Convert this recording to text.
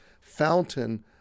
fountain